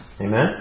Amen